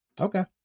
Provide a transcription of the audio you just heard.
okay